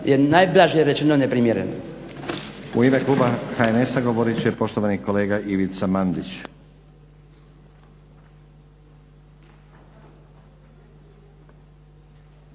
najblaže rečeno neprimjereno.